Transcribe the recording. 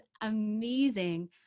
amazing